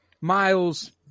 Miles